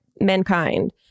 Mankind